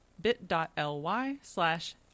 bit.ly/slash